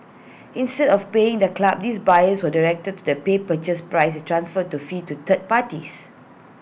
instead of paying the club these buyers were direced to the pay purchase price and transfer to fee to third parties